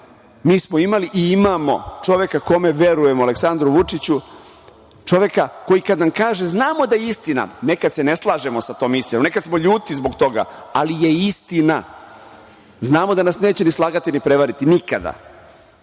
smo imali i imamo čoveka kome verujemo, Aleksandra Vučića, čoveka koji kad nam kaže znamo da je istina. Nekad se ne slažemo sa tom istinom, nekad smo ljuti zbog toga, ali je istina. Znamo da nas neće ni slagati ni prevariti nikada.